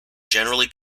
generally